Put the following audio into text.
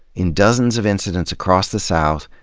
in dozens of incidents across the south,